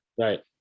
right